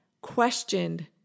questioned